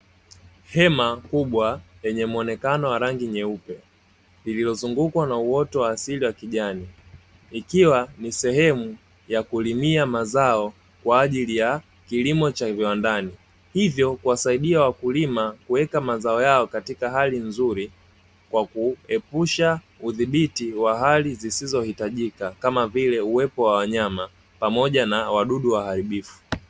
Hema kubwa lenye muonekano wa rangi nyeupe lililozungukwa na uoto wa asili wa kijani, ikiwa ni sehemu ya kulimia mazao kwa ajili ya kilimo cha viwandani. Hivyo kuwasaidia wakulima kuweka mazao yao katika hali nzuri kwa kuepusha udhibiti wa hali zisizo hitajika kama vile uwepo wa wanyama pamoja na wadudu waharibifu.